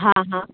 हाँ हाँ